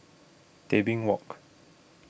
Tebing Walk